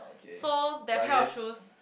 so that pair of shoes